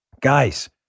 guys